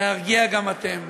להרגיע גם אתם.